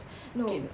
no